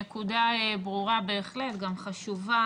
הנקודה ברורה בהחלט וגם חשובה.